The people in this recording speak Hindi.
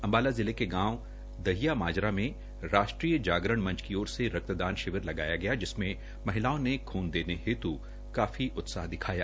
अम्बाला जिले कें गांव दहिया माजरा में राष्ट्र जागरण मंच की ओर रक्तदान शिविर लगाया गया जिसमें महिलाओं ने खून देने हेतु काफी उत्साह दिखाया